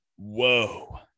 whoa